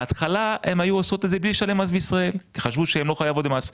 בהתחלה הן היו עושות את זה בלי לשלם בישראל כי חשבו שהן לא חייבות במס.